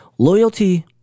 Loyalty